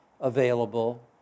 available